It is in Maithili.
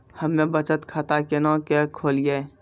हम्मे बचत खाता केना के खोलियै?